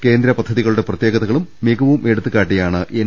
കേന്ദ്ര പദ്ധതികളുടെ പ്രത്യേകതകളും മികവും എടുത്തു കാട്ടിയാണ് എൻ